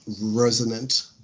resonant